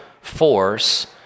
force